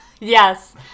yes